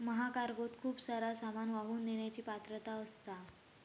महाकार्गोत खूप सारा सामान वाहून नेण्याची पात्रता असता